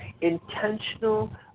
intentional